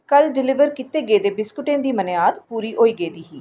कल डिलीवर कीते गेदे बिस्कुटें दी मनेआद पूरी होई गेदी ही